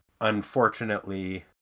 Unfortunately